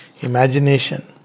imagination